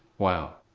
wow.